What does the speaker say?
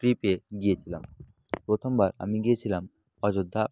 ট্রিপে গিয়েছিলাম প্রথমবার আমি গিয়েছিলাম অযোধ্যা